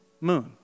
moon